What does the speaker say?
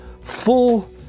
full